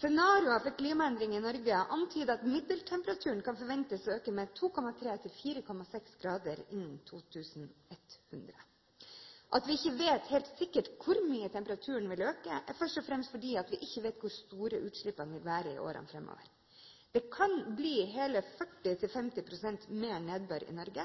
Scenarioer for klimaendringer i Norge antyder at middeltemperaturen kan forventes å øke 2,3–4,6 grader innen 2100. Det at vi ikke vet helt sikkert hvor mye temperaturen vil øke, er først og fremst fordi vi ikke vet hvor store utslippene vil være i årene framover. Det kan bli hele 40–50 pst. mer nedbør i Norge.